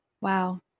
Wow